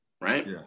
right